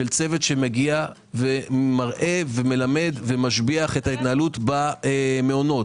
של צוות שמגיע ומלמד ומשביח את ההתנהלות במעונות.